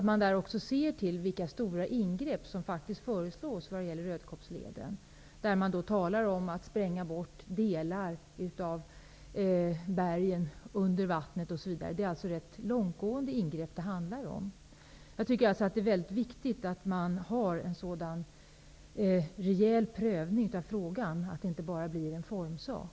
Men man måste också se till de stora ingrepp som faktiskt föreslås när det gäller Rödkobbsleden. Det talas om att spränga bort delar av bergen under vattnet osv. Det handlar alltså om rätt långtgående ingrepp. Därför är det väldigt viktigt att man gör en rejäl prövning av frågan, så att det inte bara blir en formsak.